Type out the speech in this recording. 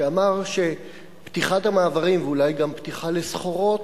שאמר שפתיחת המעברים ואולי גם פתיחה לסחורות